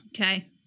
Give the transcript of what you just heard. okay